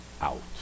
out